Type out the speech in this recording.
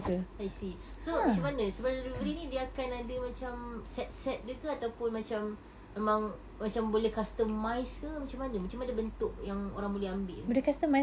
I see so macam mana sebelum delivery ni dia akan ada macam set set dia ke ataupun macam memang macam boleh customise ke macam mana macam mana bentuk yang orang boleh ambil tu